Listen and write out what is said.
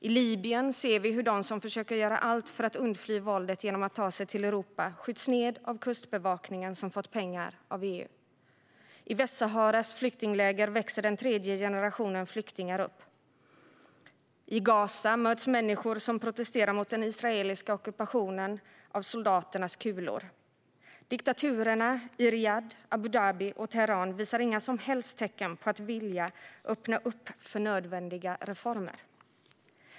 I Libyen ser vi hur de som försöker göra allt för att undfly våldet genom att ta sig till Europa skjuts ned av kustbevakningen, som fått pengar av EU. I Västsaharas flyktingläger växer den tredje generationen flyktingar upp. I Gaza möts människor som protesterar mot den israeliska ockupationen av soldaternas kulor. Diktaturerna i Riyadh, Abu Dhabi och Teheran visar inga som helst tecken på att vilja öppna upp för nödvändiga reformer.